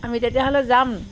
আমি তেতিয়াহ'লে যাম